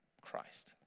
Christ